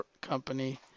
Company